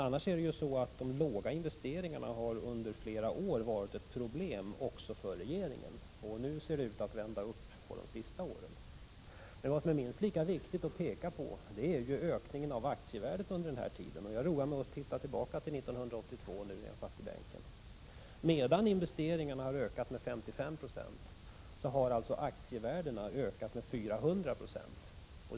Annars har ju de låga investeringarna under flera år varit ett problem också för regeringen, även om de under de senaste åren ser ut att vända uppåt. Vad som är minst lika viktigt att peka på är ökningen av aktievärdet under den här tiden. Jag roade mig med att se tillbaka till 1982, när jag satt i bänken och lyssnade på debatten. Medan investeringarna har ökat med 55 96 har aktievärdena ökat med 400 26.